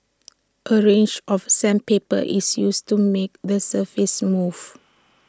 A range of sandpaper is used to make the surface smooth